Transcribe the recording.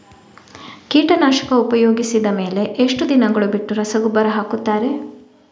ಕೀಟನಾಶಕ ಉಪಯೋಗಿಸಿದ ಮೇಲೆ ಎಷ್ಟು ದಿನಗಳು ಬಿಟ್ಟು ರಸಗೊಬ್ಬರ ಹಾಕುತ್ತಾರೆ?